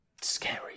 scary